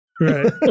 Right